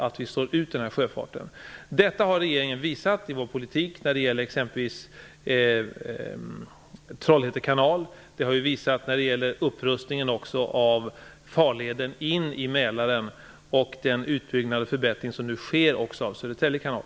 En så dan inställning har regeringen visat i sin politik ex empelvis när det gäller Trollhätte kanal. Det samma har gällt vid upprustningen av farleden in i Mälaren och vid den utbyggnad och förbättring som nu genomförs av Södertälje kanal.